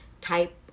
type